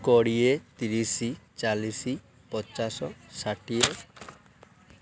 କୋଡ଼ିଏ ତିରିଶ ଚାଳିଶ ପଚାଶ ଷାଠିଏ